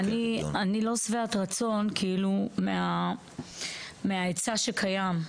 אני לא שבעת רצון מההיצע שקיים.